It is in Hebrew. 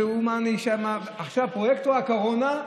עכשיו הפרויקט הוא הקורונה.